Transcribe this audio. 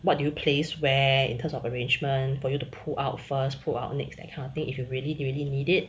what do you place where in terms of arrangement for you to pull out first pull out next that kind of thing if you really do really need it